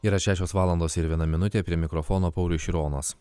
yra šešios valandos ir viena minutė prie mikrofono paulius šironas